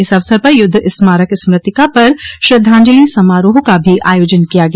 इस अवसर पर युद्ध स्मारक स्मृतिका पर श्रद्धाजंलि समारोह का भी आयोजन किया गया